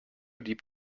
deep